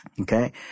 Okay